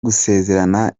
gusezerana